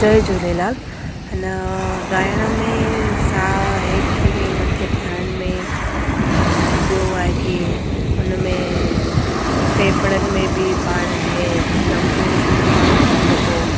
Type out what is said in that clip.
जय झूलेलाल अना ॻाइण में साहु हेठि इएं मथे खणण में अना ॿियो आहे की हुन में फेफड़नि में बि पाण इएं लम्बो सुर खणूं था त पोइ